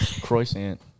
Croissant